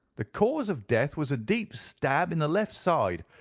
the cause of death was a deep stab in the left side,